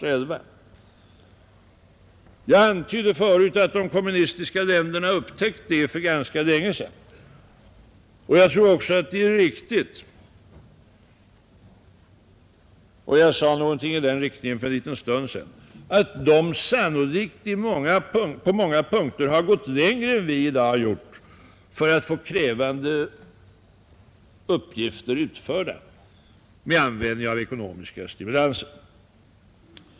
Jag antydde förut att de kommunistiska länderna upptäckt det för ganska länge sedan. Jag tror också att det är riktigt att — jag sade någonting åt det hållet för en liten stund sedan — dessa länder sannolikt på många punkter gått längre än vi i dag gör för att få krävande uppgifter utförda med användning av ekonomiska stimulanser.